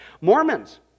Mormons